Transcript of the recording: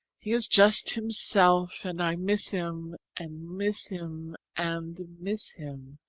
he is just himself, and i miss him, and miss him, and miss him.